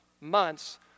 months